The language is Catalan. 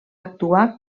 actuar